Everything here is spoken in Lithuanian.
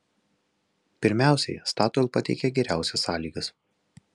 pirmiausiai statoil pateikė geriausias sąlygas